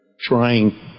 trying